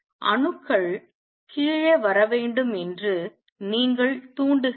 அணுக்கள் கீழே வர வேண்டும் என்று நீங்கள் தூண்டுகிறீர்கள்